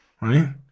right